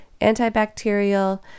antibacterial